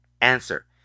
Answer